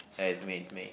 ya it's me it's me